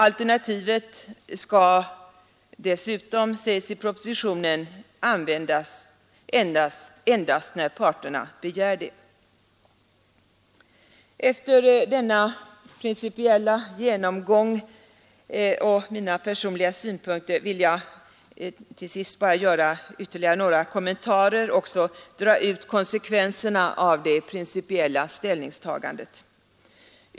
Alternativet skall dessutom, sägs det i propositionen, användas endast när parterna begär det. Efter denna principiella genomgång av frågan och redovisning av mina personliga synpunkter vill jag göra ytterligare några kommentarer och även dra ut konsekvenserna av det principiella ställningstagandet.